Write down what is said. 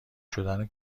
شدن